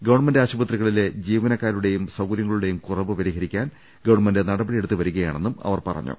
government ആശുപത്രികളിലെ ജീവനക്കാരുടെയും സൌകര്യങ്ങളുടെയും കുറവ് പരിഹരിക്കാൻ ഗവൺമെന്റ് നടപടി യെടുത്തുവരികയാണെന്നും അവർ അറിയിച്ചു